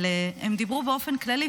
הן דיברו באופן כללי,